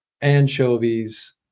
anchovies